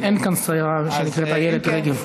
אין כאן שרה שנקראת איילת רגב.